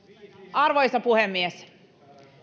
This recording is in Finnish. arvoisa puhemies